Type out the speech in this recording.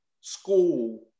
school